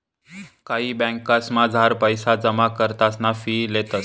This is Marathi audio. कायी ब्यांकसमझार पैसा जमा कराना फी लेतंस